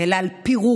אלא על פירורים.